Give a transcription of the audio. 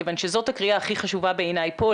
כיוון שזאת הקריאה הכי חשובה בעיניי פה,